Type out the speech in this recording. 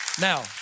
now